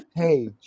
hey